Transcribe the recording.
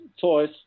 Toys